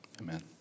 amen